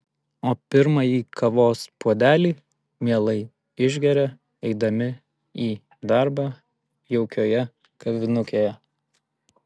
o pirmąjį kavos puodelį mielai išgeria eidami į darbą jaukioje kavinukėje